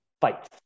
fight